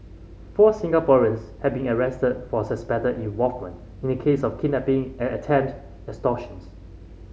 four Singaporeans have been arrested for suspected involvement in a case of kidnapping and attempted extortions